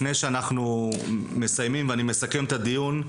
לפני שאנחנו מסיימים ואני מסכם את הדיון,